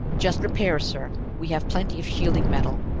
just repairs, sir. we have plenty of shielding metal.